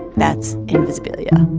that's invisibilia